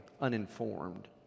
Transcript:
uninformed